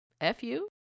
F-U